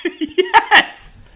Yes